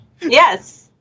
yes